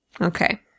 Okay